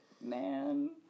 man